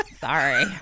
Sorry